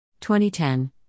2010